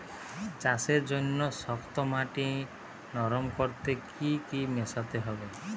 চাষের জন্য শক্ত মাটি নরম করতে কি কি মেশাতে হবে?